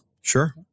Sure